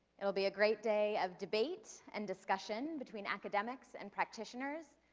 it'll be a great day of debate and discussion between academics and practitioners,